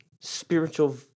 spiritual